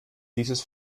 dieses